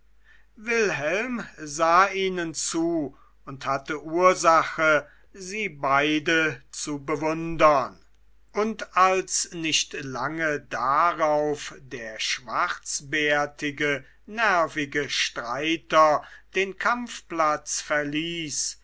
wilhelm sah ihnen zu und hatte ursache sie beide zu bewundern und als nicht lange darauf der schwarzbärtige nervige streiter den kampfplatz verließ